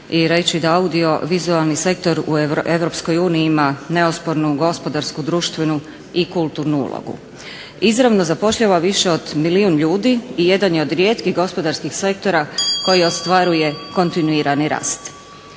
i reći da audiovizualni sektor u EU ima neospornu gospodarsku, društvenu i kulturnu ulogu. Izravno zapošljava više od milijun ljudi i jedan je od rijetkih gospodarskih sektora koji ostvaruje kontinuirani rast.